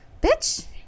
bitch